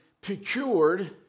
procured